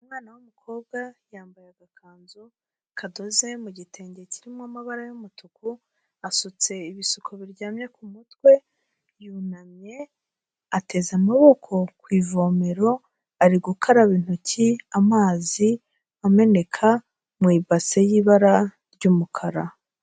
Umwana w'umukobwa yambaye agakanzu kadoze mu gitenge kirimo amabara y'umutuku, asutse ibisuko biryamye ku mutwe, yunamye ateze amaboko ku ivomero, ari gukaraba intoki, amazi ameneka mu ibase y'ibara ry'umukara.